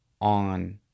on